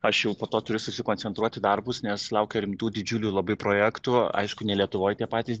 aš jau po to turiu susikoncentruot į darbus nes laukia rimtų didžiulių labai projektų aišku ne lietuvoj tie patys